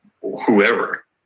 whoever